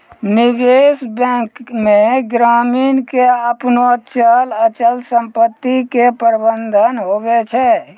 निबेश बेंक मे ग्रामीण के आपनो चल अचल समपत्ती के प्रबंधन हुवै छै